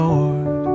Lord